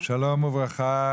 שלום וברכה.